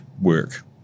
work